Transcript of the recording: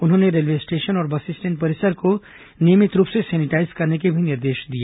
उन्होंने railway station और bus stand परिसर को नियमित रूप से सेनेटाईज करने के भी निर्देश दिए